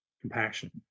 compassion